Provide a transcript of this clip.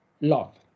love